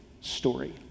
story